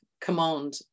command